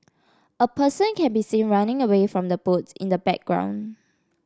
a person can be seen running away from the boat in the background